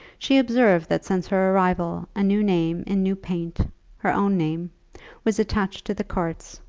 she observed that since her arrival a new name in new paint her own name was attached to the carts,